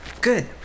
good